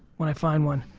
when i find one.